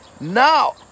Now